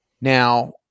now